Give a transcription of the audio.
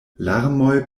larmoj